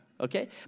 okay